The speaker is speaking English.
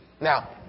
Now